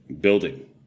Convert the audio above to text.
building